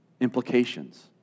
implications